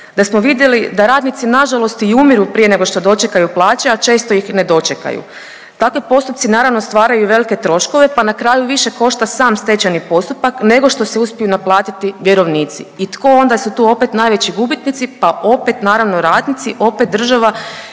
da smo vidjeli da radnici nažalost i umiru prije nego što dočekaju plaće, a često ih ne dočekaju. Takvi postupci, naravno, stvaraju velike troškove, pa na kraju više košta sam stečajni postupak, nego što se uspiju naplatiti vjerovnici. I tko onda su tu opet najveći gubitnici? Pa opet, naravno, radnici, opet država